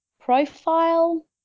profile